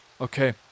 okay